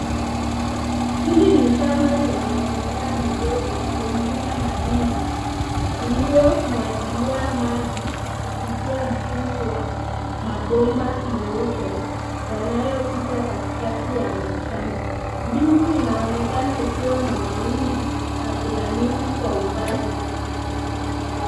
Hili ni shamba lenye mimea midogo pengine mahindi iliyomwagilia maji kupitia mfumo wa mabomba meupe yanayopita katikati ya mashamba. Mbingu inaonekana ikiwa na mawingu na kuna miti kwa umbali.